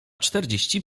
czterdzieści